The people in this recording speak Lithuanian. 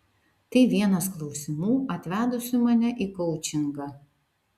tai vienas klausimų atvedusių mane į koučingą